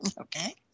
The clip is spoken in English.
Okay